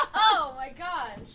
oh my gosh!